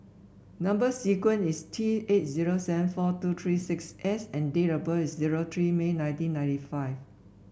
number sequence is T eight zero seven four two three six S and date of birth is zero three May nineteen ninety five